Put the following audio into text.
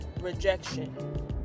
rejection